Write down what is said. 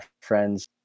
friends